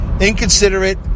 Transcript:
inconsiderate